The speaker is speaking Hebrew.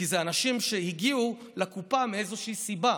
כי אלה אנשים שהגיעו לקופה מאיזושהי סיבה.